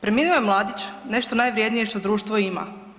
Preminuo je mladić, nešto najvrijednije što društvo ima.